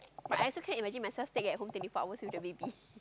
I also can't imagine myself staying at home twenty four hours with the baby